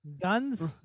Guns